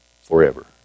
forever